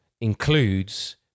includes